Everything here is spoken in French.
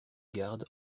garde